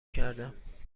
کردم